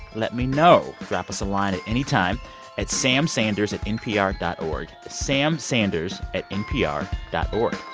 let me know. drop us a line at any time at samsanders at npr dot o r g samsanders at npr dot o r